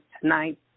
tonight